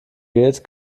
geht